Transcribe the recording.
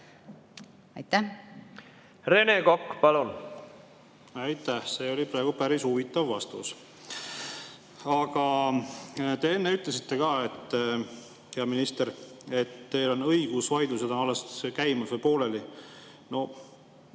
palun! Rene Kokk, palun! Aitäh! See oli praegu päris huvitav vastus. Te enne ütlesite ka, hea minister, et teil on õigusvaidlused alles käimas või pooleli. No